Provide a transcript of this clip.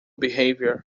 behaviour